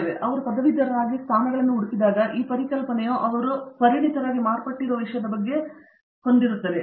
ಹಾಗಾಗಿ ಅವರು ಪದವೀಧರರಾಗಿ ಮತ್ತು ಸ್ಥಾನಗಳನ್ನು ಹುಡುಕಿದಾಗ ಈ ಪರಿಕಲ್ಪನೆಯು ಅವರು ಪರಿಣಿತರಾಗಿ ಮಾರ್ಪಟ್ಟಿರುವ ವಿಷಯದ ಬಗ್ಗೆ ಏನನ್ನಾದರೂ ಕಂಡುಹಿಡಿಯಬೇಕಾಗಿದೆ